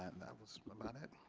and that was about it.